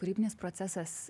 kūrybinis procesas